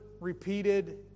repeated